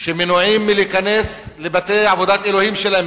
שמנועים מלהיכנס לבתי עבודת האלוהים שלהם,